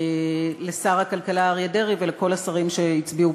לשר הכלכלה אריה דרעי ולכל השרים שהצביעו